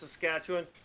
Saskatchewan